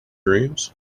dreams